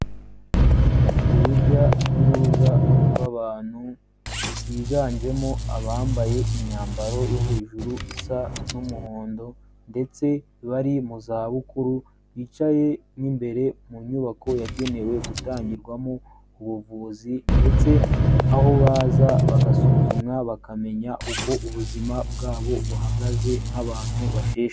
Urujya n'uruza rw'abantu biganjemo abambaye imyambaro yo hejuru isa n'umuhondo ndetse bari mu za bukuru, bicaye mo imbere mu nyubako yagenewe gutangirwamo ubuvuzi ndetse aho baza bagasuzumwa bakamenya uko ubuzima bwabo buhagaze nk'abantu bashisha.